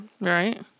Right